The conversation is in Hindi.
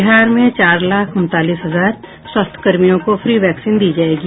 बिहार में चार लाख उनतालीस हजार स्वास्थ्यकर्मियों को फ्री वैक्सीन दी जायेगी